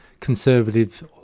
conservative